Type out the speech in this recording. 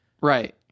Right